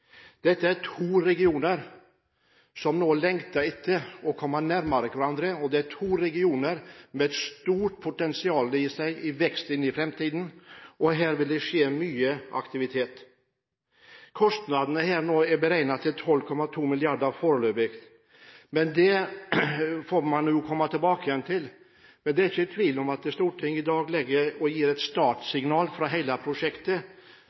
Dette er to regioner som lengter etter å komme nærmere hverandre, og det er to regioner med et stort potensial for vekst i framtiden. Her vil det skje mye aktivitet. Kostnadene er foreløpig beregnet til 12,2 mrd. kr. Det får man komme tilbake til. Men det er ikke tvil om at Stortinget i dag gir et startsignal for hele prosjektet.